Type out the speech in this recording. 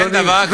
אבל אין דבר כזה.